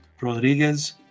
Rodriguez